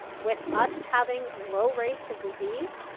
with us having low rates of disease,